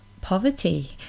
poverty